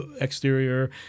exterior